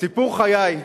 סיפור חיי,